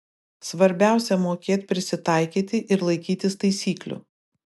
svarbiausia mokėt prisitaikyti ir laikytis taisyklių